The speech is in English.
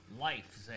life